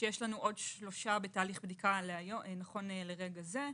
כשיש לנו עוד שלושה בתהליך בדיקה נכון לרגע לזה.